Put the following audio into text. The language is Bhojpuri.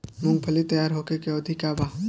मूँगफली तैयार होखे के अवधि का वा?